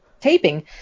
taping